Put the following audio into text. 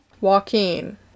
Joaquin